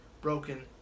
broken